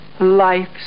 life